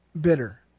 bitter